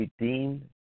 redeemed